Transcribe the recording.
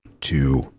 two